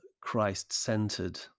Christ-centered